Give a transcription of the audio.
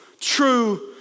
true